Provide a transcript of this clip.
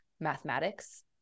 mathematics